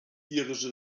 irische